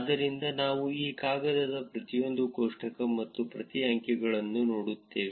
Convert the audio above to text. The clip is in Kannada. ಆದ್ದರಿಂದ ನಾವು ಈ ಕಾಗದದ ಪ್ರತಿಯೊಂದು ಕೋಷ್ಟಕ ಮತ್ತು ಪ್ರತಿ ಅಂಕಿಗಳನ್ನು ನೋಡುತ್ತೇವೆ